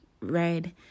red